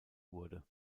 wurde